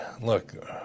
look